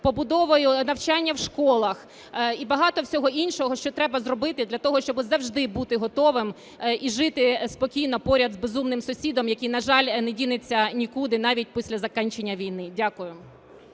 побудовою навчання в школах і багато всього іншого, що треба зробити для того, щоби завжди бути готовим і жити спокійно поряд з безумним сусідом, який, на жаль, не дінеться нікуди навіть після закінчення війни. Дякую.